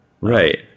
Right